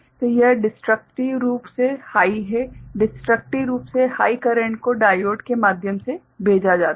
तो यह डिस्ट्रक्टिव रूप से हाइ है डिस्ट्रक्टिव रूप से हाइ करेंट को डायोड के माध्यम से भेजा जाता है